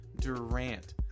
durant